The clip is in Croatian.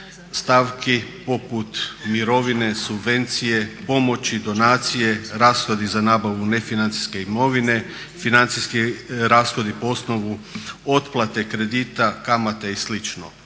stavki poput mirovine, subvencije, pomoći, donacije, rashodi za nabavu nefinancijske imovine, financijski rashodi po osnovu otplate kredita, kamate i